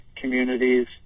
communities